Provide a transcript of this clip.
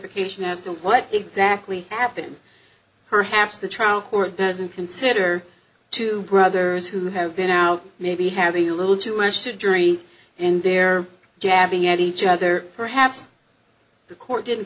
profession as to what exactly happened perhaps the trial court doesn't consider two brothers who have been out maybe having a little too much to drink and they're jabbing at each other perhaps the court didn't